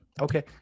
Okay